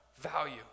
value